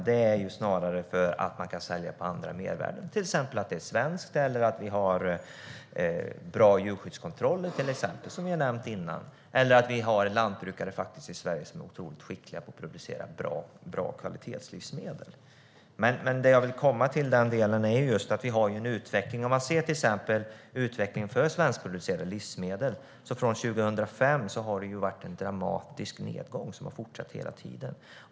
Det handlar snarare om att man kan sälja på andra mervärden, till exempel att det är svenskt, att vi har bra djurskyddskontroll eller att vi i Sverige har lantbrukare som är otroligt skickliga på att producera bra kvalitetslivsmedel. Man kan se utvecklingen för svenskproducerade livsmedel. Från 2005 har det varit en dramatisk nedgång som har fortsatt hela tiden.